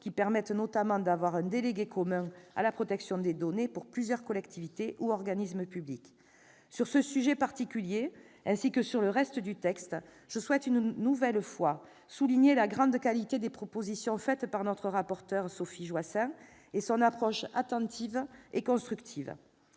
qui permettent notamment d'avoir un délégué commun à la protection des données pour plusieurs collectivités ou organismes publics. Sur ce sujet particulier, ainsi que sur le reste du texte, je souhaite une nouvelle fois souligner la grande qualité des propositions faites par notre rapporteur Sophie Joissains et son approche attentive et constructive.